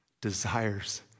desires